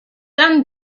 done